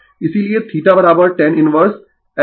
इसीलिये θtan inverse Lω 1ωCR